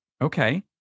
Okay